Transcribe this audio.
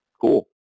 cool